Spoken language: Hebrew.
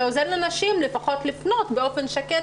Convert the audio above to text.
זה עוזר לנשים לפחות לפנות באופן שקט